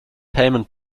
payment